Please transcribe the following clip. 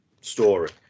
story